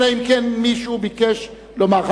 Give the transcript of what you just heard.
אלא אם כן מישהו ביקש לומר דבר מה.